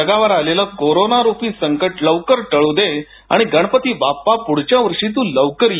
जगावर आलेलं कोरोनारूपी संकट लवकर टळू दे आणि गणपती बाप्पा प्ढच्या वर्षी त् लवकर ये